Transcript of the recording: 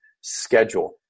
schedule